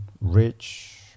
rich